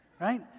Right